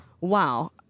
wow